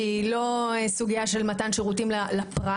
שהיא לא סוגייה של מתן שירותים לפרט,